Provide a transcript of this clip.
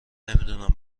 نمیدونم